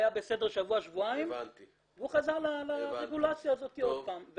היה בסדר שבוע-שבועיים וחזר לרגולציה הזאת עוד פעם.